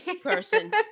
person